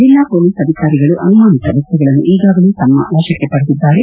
ಜಿಲ್ಲಾ ಪೋಲಿಸ್ ಅಧಿಕಾರಿಗಳು ಅನುಮಾನಿತ ವ್ಯಕ್ತಿಗಳನ್ನು ಈಗಾಗಲೆ ತಮ್ಮ ವಶಕ್ಕೆ ಪಡೆದಿದ್ದಾರೆ